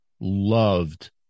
loved